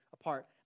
apart